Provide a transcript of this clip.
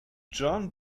jon